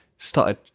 started